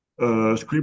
script